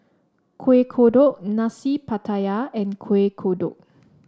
Kueh Kodok Nasi Pattaya and Kueh Kodok